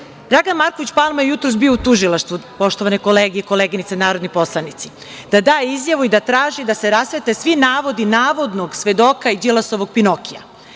Marković Palma je jutros bio u tužilaštvu, poštovane kolege i koleginice narodni poslanici, da da izjavu i da traži da se rasvetle svi navodi navodnog svedoka i Đilasovog Pinokija. Moje